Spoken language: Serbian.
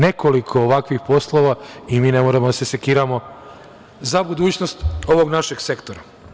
Nekoliko ovakvih poslova i mi ne moramo da se sekiramo za budućnost ovog našeg sektora.